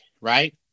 right